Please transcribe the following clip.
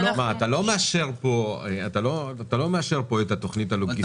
אתה לא מאשר פה את התוכנית הלוגיסטית.